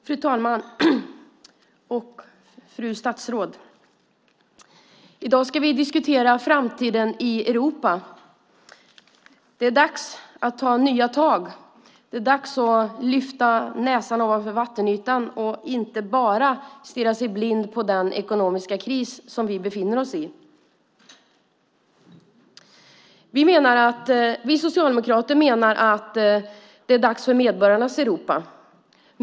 Fru talman och fru statsråd! I dag ska vi diskutera framtiden i Europa. Det är dags att ta nya tag, lyfta näsan över vattenytan och inte bara stirra sig blind på den ekonomiska krisen. Vi socialdemokrater menar att det är dags för medborgarnas Europa.